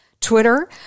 Twitter